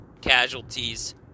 casualties